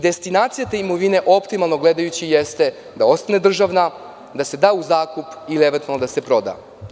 Destinacije te imovine optimalno gledajući jeste da ostane državna, da se da u zakup ili eventualno da se proda.